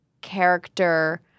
character